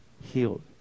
healed